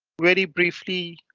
very briefly,